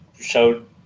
showed